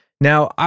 Now